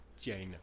China